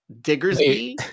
Diggersby